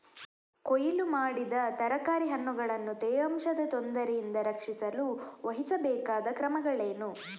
ಕೊಯ್ಲು ಮಾಡಿದ ತರಕಾರಿ ಹಣ್ಣುಗಳನ್ನು ತೇವಾಂಶದ ತೊಂದರೆಯಿಂದ ರಕ್ಷಿಸಲು ವಹಿಸಬೇಕಾದ ಕ್ರಮಗಳೇನು?